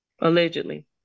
allegedly